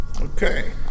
Okay